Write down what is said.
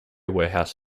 warehouse